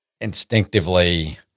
instinctively